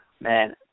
Man